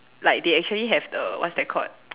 like they actually have the what's that called